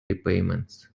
repayments